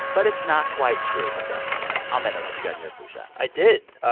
but it's not quite true ok on that note, have you gotten your flu shot? i did.